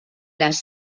las